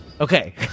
Okay